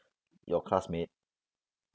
your classmate